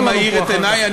טוב שאתה מאיר את עיני.